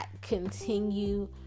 continue